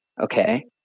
okay